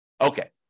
Okay